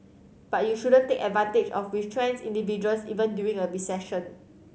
but you shouldn't take advantage of retrenched individuals even during a recession